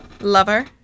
Lover